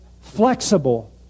flexible